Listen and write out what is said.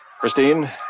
Christine